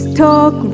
talk